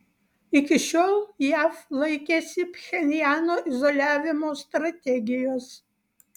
iki šiol jav laikėsi pchenjano izoliavimo strategijos